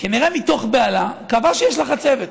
כנראה מתוך בהלה, קבע שיש לה חצבת.